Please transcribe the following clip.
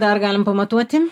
dar galim pamatuoti